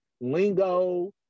lingo